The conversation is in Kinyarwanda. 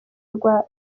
rwa